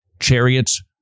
chariots